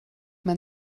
man